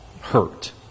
hurt